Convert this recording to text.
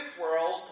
world